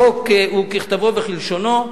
החוק הוא ככתבו וכלשונו.